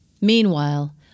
Meanwhile